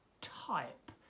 type